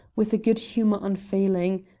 with a good humour unfailing.